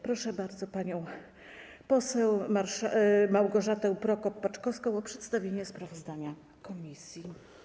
Proszę bardzo panią poseł Małgorzatę Prokop-Paczkowską o przedstawienie sprawozdania komisji.